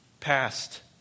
Past